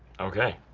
okay.